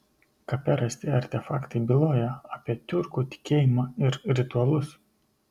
kape rasti artefaktai byloja apie tiurkų tikėjimą ir ritualus